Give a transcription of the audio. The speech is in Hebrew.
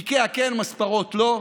איקאה, כן, מספרות, לא,